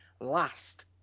last